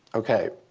ok,